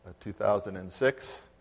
2006